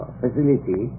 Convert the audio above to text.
facility